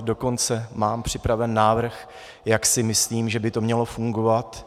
Dokonce mám připraven návrh, jak si myslím, že by to mělo fungovat.